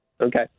Okay